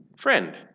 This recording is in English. friend